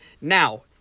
Now